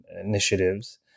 initiatives